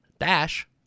Dash